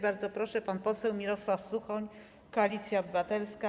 Bardzo proszę, pan poseł Mirosław Suchoń, Koalicja Obywatelska.